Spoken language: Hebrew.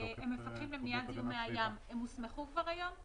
המפקחים למניעת זיהומי הים, הם כבר הוסמכו היום?